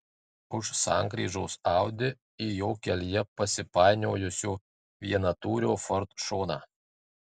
už sankryžos audi į jo kelyje pasipainiojusio vienatūrio ford šoną